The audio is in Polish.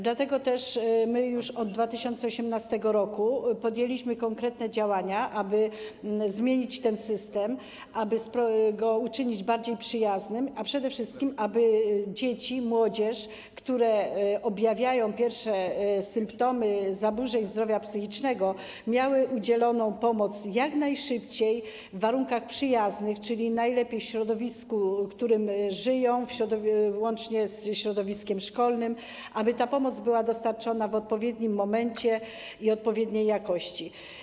Dlatego też my już od 2018 r. podjęliśmy konkretne działania, aby zmienić ten system, aby go uczynić bardziej przyjaznym, a przede wszystkim aby dzieci i młodzież, u których pojawiają się pierwsze symptomy zaburzeń zdrowia psychicznego, mieli udzieloną pomoc jak najszybciej, w warunkach przyjaznych, czyli najlepiej w środowisku, w którym żyją, łącznie ze środowiskiem szkolnym, aby ta pomoc była dostarczona w odpowiednim momencie i odpowiedniej jakości.